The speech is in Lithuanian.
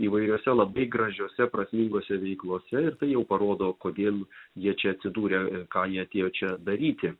įvairiose labai gražiose prasmingose veiklose ir tai jau parodo kodėl jie čia atsidūrė ir ką jie atėjo čia daryti